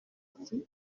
ati